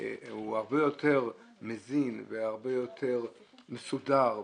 הוא הרבה יותר מזין והרבה יותר מסודר,